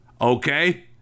Okay